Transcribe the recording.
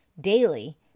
daily